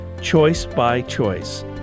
choice-by-choice